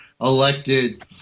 elected